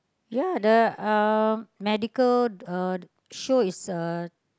ya the um medical uh show is uh